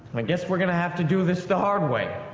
i guess we'll have to do this the hard way.